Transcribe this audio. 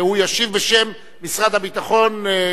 והוא ישיב בשם משרד הביטחון,